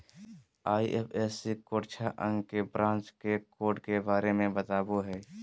IFSC code छह अंक branch के कोड के बारे में बतावो हइ